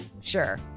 sure